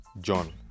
John